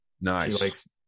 Nice